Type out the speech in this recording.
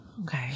Okay